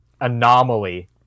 anomaly